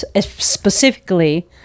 specifically